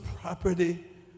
property